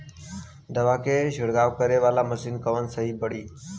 दवा के छिड़काव करे वाला मशीन कवन सही पड़ी?